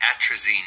atrazine